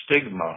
stigma